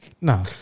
No